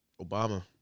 Obama